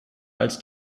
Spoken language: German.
als